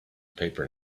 paper